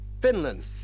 Finland